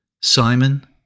Simon